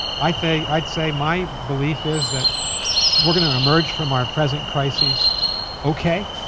i'd say i'd say my belief is that we're going to emerge from our present crises ok.